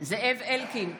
זאב אלקין,